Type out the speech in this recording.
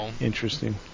Interesting